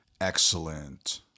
Excellent